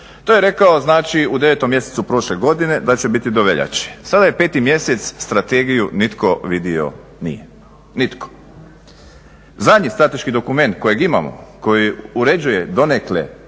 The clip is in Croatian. To je rekao znači u 9. mjesecu prošle godine, da će biti do veljače. Sada je 5. mjesec, strategiju nitko vidio nije. Nitko. Zadnji strateški dokument kojeg imamo, koji uređuje donekle